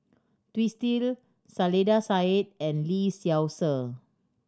Twisstii Saiedah Said and Lee Seow Ser